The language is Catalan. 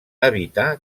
evitar